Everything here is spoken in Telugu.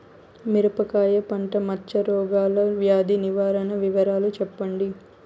మిరపకాయ పంట మచ్చ రోగాల వ్యాధి నివారణ వివరాలు చెప్పండి?